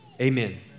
amen